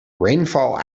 rainfall